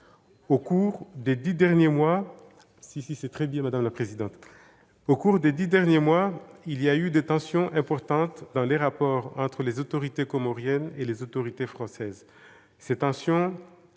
Au cours des dix derniers mois, des tensions importantes sont apparues dans les rapports entre les autorités comoriennes et les autorités françaises. Ces tensions